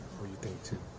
with a ten